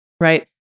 Right